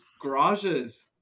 garages